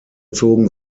zogen